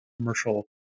commercial